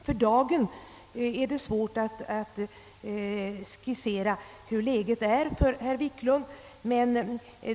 För dagen är det svårt att skissera hur läget är.